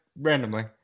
randomly